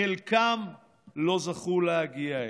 וחלקם לא זכו להגיע אליה.